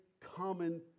common